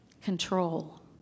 control